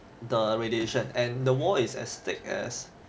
the radiation and the wall is as thick as